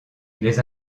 les